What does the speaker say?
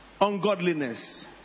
ungodliness